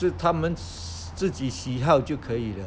就他们自己喜好就可以了